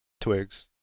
twigs